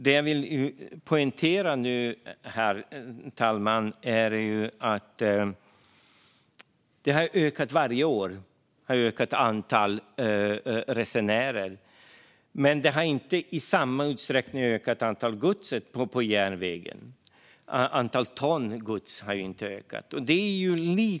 Det jag vill poängtera är att antalet resenärer har ökat varje år, men antalet ton gods på järnväg har inte ökat i samma omfattning.